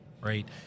right